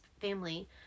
family